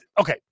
okay